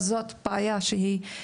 זאת בעיה כפולה.